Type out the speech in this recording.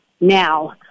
now –